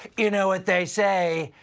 you know what they say,